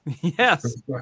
yes